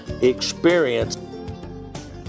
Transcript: experience